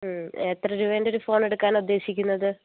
എത്ര രൂപേന്റെ ഒരു ഫോൺ എടുക്കാനാണ് ഉദ്ദേശിക്കുന്നത്